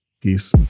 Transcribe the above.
Peace